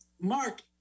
Mark